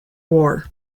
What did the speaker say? war